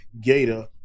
gator